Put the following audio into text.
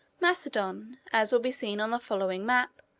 macedon, as will be seen on the following map,